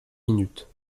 minutes